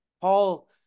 Paul